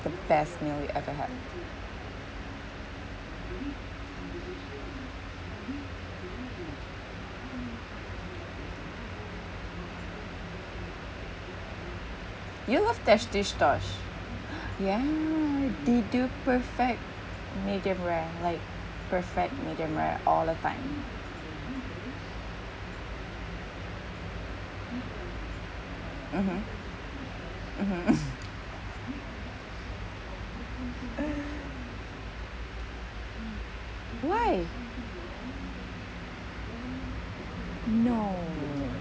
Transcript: the best meal you ever had you have tash tish tosh ya they do perfect medium rare like perfect medium rare all the time mmhmm mmhmm why no